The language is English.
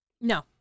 No